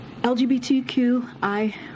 LGBTQI